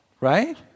Right